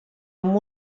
amb